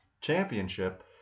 championship